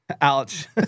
Ouch